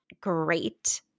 great